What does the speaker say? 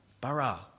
Bara